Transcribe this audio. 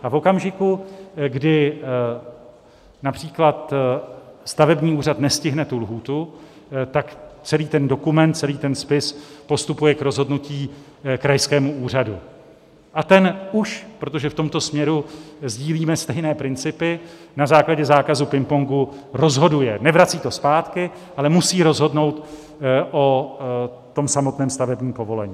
A v okamžiku, kdy například stavební úřad nestihne tu lhůtu, tak celý dokument, celý spis postupuje k rozhodnutí krajskému úřadu a ten už, protože v tomto směru sdílíme stejné principy, na základě zákazu pingpongu rozhoduje, nevrací to zpátky, ale musí rozhodnout o samotném stavebním povolení.